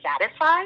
satisfied